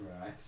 Right